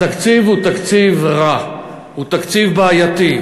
התקציב הוא תקציב רע, הוא תקציב בעייתי,